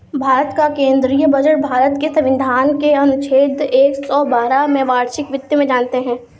भारत का केंद्रीय बजट भारत के संविधान के अनुच्छेद एक सौ बारह में वार्षिक वित्त में जानते है